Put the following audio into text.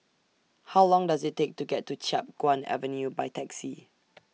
How Long Does IT Take to get to Chiap Guan Avenue By Taxi